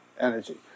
energy